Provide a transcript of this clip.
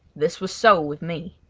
this was so with me.